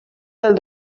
del